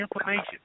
information